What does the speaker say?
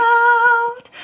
out